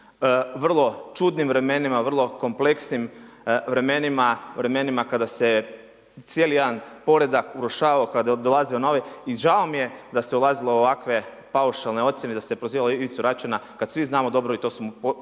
vrlo čudnim vremenima, vrlo kompleksnim vremenima, vremenima kada se cijeli jedan poredak urušavao, kada je dolazio novi. I žao mi je da se ulazilo u ovakve paušalne ocjene i da se prozivalo Ivicu Račana, kad svi znamo dobro i to su